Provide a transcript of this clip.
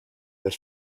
that